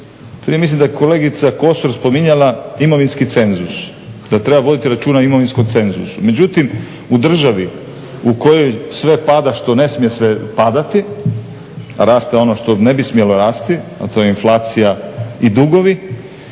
prije mislim da je kolegica Kosor spominjala, imovinski cenzus, da treba voditi računa o imovinskom cenzusu. Međutim, u državi u kojoj sve pada što ne smije sve padati, a raste ono što ne bi smjelo rasti a to je inflacija i dugovi